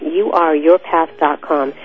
Youareyourpath.com